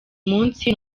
munsi